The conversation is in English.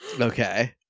Okay